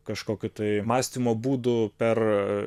kažkokiu tai mąstymo būdu per